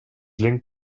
linked